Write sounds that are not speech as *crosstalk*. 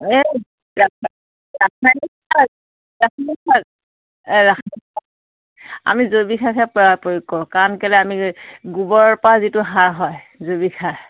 এই *unintelligible* আমি জৈৱিক সাৰহে প্ৰয়োগ কৰ কাৰণ কেলে আমি গোবৰৰ পৰা যিটো সাৰ হয় জৈৱিক সাৰ